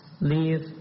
leave